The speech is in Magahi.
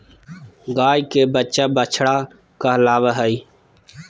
गाय के बच्चा बछड़ा कहलावय हय